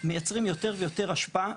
מייצרים יותר ויותר אשפה,